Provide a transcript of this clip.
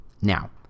Now